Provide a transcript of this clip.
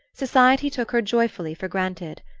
society took her joyfully for granted.